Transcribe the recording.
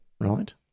Right